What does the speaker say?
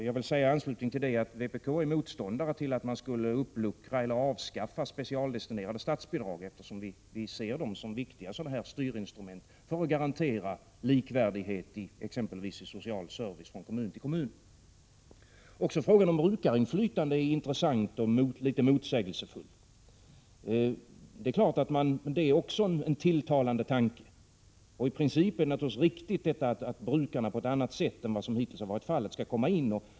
Jag vill i anslutning till detta säga att vpk är motståndare till att man skulle avskaffa eller uppluckra specialdestinerade statsbidrag, eftersom vi ser dem som viktiga styrinstrument för att garantera likvärdighet i exempelvis social service från kommun till kommun. Även frågan om brukarinflytande är intressant och litet motsägelsefull. Det är klart att också det är en tilltalande tanke. I princip är det naturligtvis riktigt att brukarna på ett annat sätt än vad som hittills har varit fallet skall komma in.